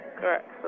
Correct